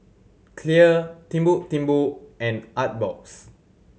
Clear Timbuk Timbuk and Artbox